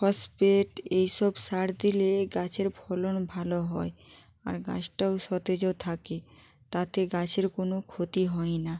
phosphate এইসব সার দিলে গাছের ফলন ভালো হয় আর গাছটাও সতেজও থাকে তাতে গাছের কোনো ক্ষতি হয় না